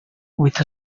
with